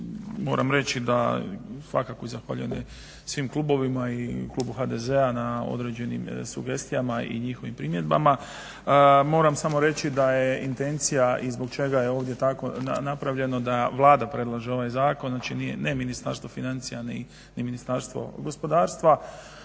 Moram reći da i svakako zahvaljujem svim klubovima i klubu HDZ-a na određenim sugestijama i njihovim primjedbama. Moram samo reći da je intencija i zbog čega je ovdje tako napravljeno da Vlada predlaže ovaj zakon. Znači, ne Ministarstvo financija, ni Ministarstvo gospodarstva.